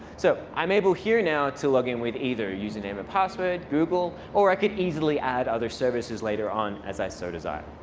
so i'm able here now to login with either username and password, google, or i could easily add other services later on as i so desire.